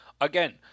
Again